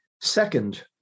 Second